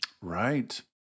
Right